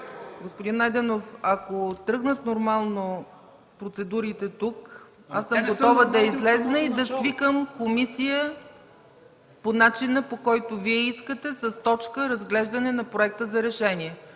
Господин Найденов, ако тръгнат нормално процедурите тук, аз съм готова да изляза и да свикам комисия по начина, по който Вие искате – разглеждане на точка с проекта за решение,